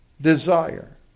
desire